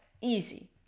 easy